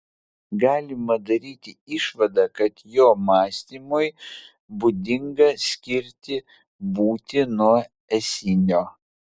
galima daryti išvadą kad jo mąstymui būdinga skirti būtį nuo esinio